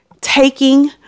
taking